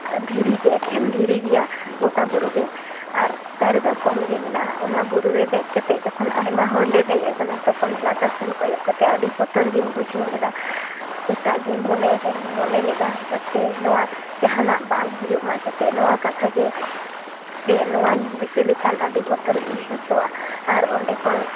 ᱫᱷᱤᱨᱤ ᱜᱮ ᱮᱠᱷᱮᱱ ᱫᱷᱤᱨᱤ ᱜᱮᱭᱟᱜᱚᱴᱟ ᱵᱩᱨᱩᱜᱮ ᱟᱨ ᱫᱟᱨᱮ ᱫᱚ ᱠᱚᱢ ᱜᱮ ᱢᱮᱱᱟᱜᱼᱟ ᱚᱱᱟ ᱵᱩᱨᱩ ᱨᱮ ᱫᱮᱡ ᱠᱟᱛᱮ ᱡᱚᱠᱷᱚᱱ ᱟᱭᱢᱟ ᱦᱚᱲ ᱞᱮ ᱫᱮᱡ ᱟᱠᱟᱱᱟ ᱛᱚᱠᱷᱚᱱ ᱞᱟᱛᱟᱨ ᱥᱮᱱ ᱠᱚᱭᱚᱜ ᱠᱟᱛᱮ ᱟᱹᱰᱤ ᱵᱚᱛᱚᱨ ᱜᱮᱧ ᱵᱩᱡᱷᱟᱹᱣ ᱞᱮᱫᱟ ᱮᱴᱟᱜ ᱜᱮ ᱢᱚᱱᱮ ᱢᱮᱱᱮ ᱞᱮᱫᱟ ᱡᱟᱛᱮ ᱱᱚᱣᱟ ᱡᱟᱦᱟᱱᱟᱜ ᱵᱟᱝ ᱦᱩᱭᱩᱜ ᱢᱟ ᱡᱟᱛᱮ ᱱᱚᱣᱟ ᱠᱟᱛᱷᱟ ᱜᱮ ᱥᱮ ᱱᱚᱣᱟᱧ ᱫᱤᱥᱟᱹ ᱞᱮᱠᱷᱟᱱ ᱟᱹᱰᱤ ᱵᱚᱛᱚᱨ ᱜᱮᱧ ᱵᱩᱡᱷᱟᱹᱣᱟ ᱟᱨ ᱚᱸᱰᱮᱠᱷᱚᱱ